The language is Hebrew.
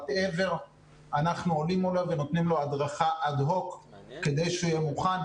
אנחנו עולים מולו ונותנים לו הדרכה אד הוק כדי שהוא יהיה מוכן.